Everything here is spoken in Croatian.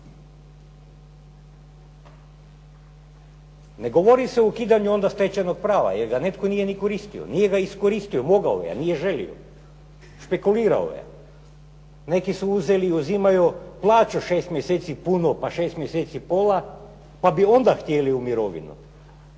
Ne govori se o ukidanju onda stečenog prava, jer ga netko nije ni koristio, nije ga iskoristio, mogao je a nije želio, špekulirao je. Neki su uzeli i uzimaju plaću 6 mjeseci punu, pa 6 mjeseci pola, pa bi onda htjeli u mirovinu.